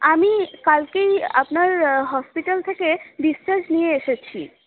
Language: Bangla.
আমি কালকেই আপনার হসপিটাল থেকে ডিসচার্জ নিয়ে এসেছি